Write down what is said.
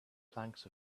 planks